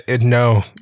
no